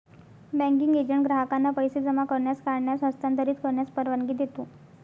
banking agent ग्राहकांना पैसे जमा करण्यास, काढण्यास, हस्तांतरित करण्यास परवानगी देतो